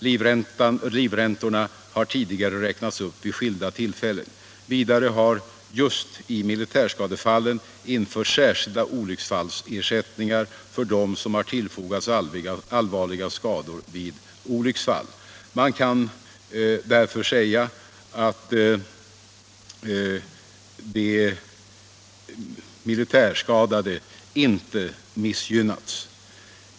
Livräntorna har tidigare räknats upp vid skilda tillfällen. Vidare har just i militärskadefallen införts särskilda olycksfallsersättningar för dem som har tillfogats allvarliga skador vid olycksfall. Man kan därför säga att de militärskadade inte missgynnats.